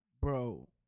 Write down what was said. Bro